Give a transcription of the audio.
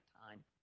time